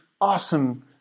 awesome